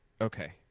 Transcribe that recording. Okay